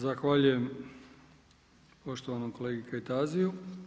Zahvaljujem poštovanom kolegi Kajtaziju.